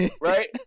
right